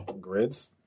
Grids